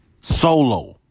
Solo